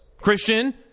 Christian